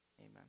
Amen